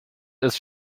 ist